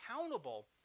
accountable